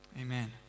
Amen